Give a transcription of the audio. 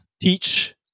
teach